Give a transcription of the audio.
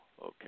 Okay